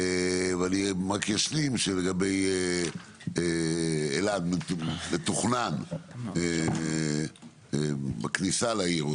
אבל אני רק אשלים שלגבי אלעד מתוכנן בכניסה לעיר,